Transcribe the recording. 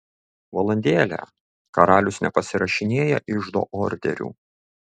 valandėlę karalius nepasirašinėja iždo orderių